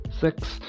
six